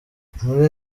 muri